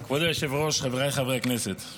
כבוד היושב-ראש, חבריי חברי הכנסת,